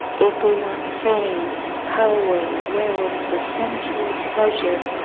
if we want fame, power, wealth, or sensual pleasure,